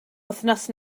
wythnos